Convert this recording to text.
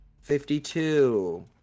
fifty-two